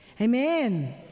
Amen